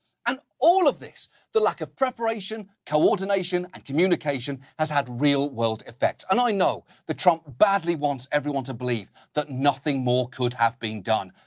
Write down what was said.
and all of this the lack of preparation, coordination, and communication has had real-world effects. and i know that trump badly wants everyone to believe that nothing more could have been done,